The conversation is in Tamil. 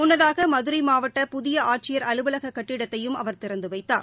முன்னதாகமதுரைமாவட்ட புதியஆட்சியர் அலுவலகக் கட்டிடத்தையும் அவர் திறந்துவைத்தார்